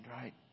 right